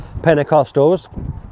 Pentecostals